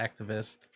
activist